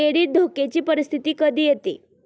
credit धोक्याची परिस्थिती कधी येते